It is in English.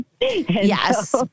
Yes